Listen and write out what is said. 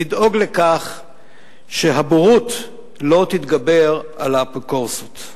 לדאוג לכך שהבורות לא תתגבר על האפיקורסות.